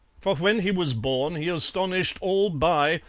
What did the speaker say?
for when he was born he astonished all by,